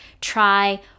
try